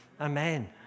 Amen